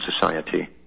society